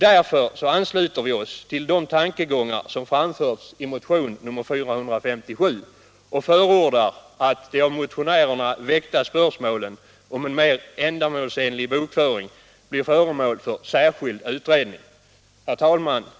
Därför ansluter vi oss till de tankegångar som framförts i motionen 457 och förordar att de av motionärerna väckta spörsmålen om en mer ändamålsenlig bokföring blir föremål för särskild utredning. Herr talman!